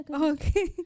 Okay